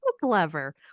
Clever